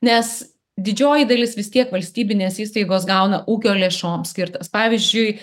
nes didžioji dalis vis tiek valstybinės įstaigos gauna ūkio lėšom skirtas pavyzdžiui